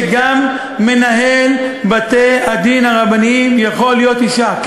שגם מנהל בתי-הדין הרבניים יכול להיות אישה.